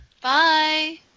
Bye